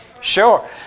Sure